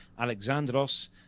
Alexandros